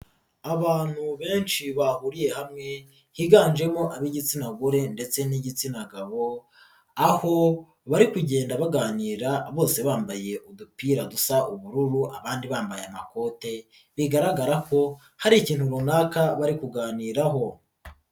Abantu benshi bahuriye hamwe higanjemo ab'igitsina gore ndetse n'igitsina gabo aho bari kugenda baganira bose bambaye udupira dusa ubururu abandi bambaye amakote bigaragara ko hari ikintu runaka bari kuganiraho.